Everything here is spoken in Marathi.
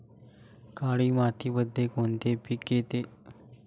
काळी मातीमध्ये कोणते पिके येते?